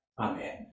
Amen